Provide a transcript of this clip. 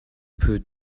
put